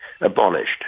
abolished